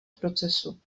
procesu